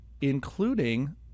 including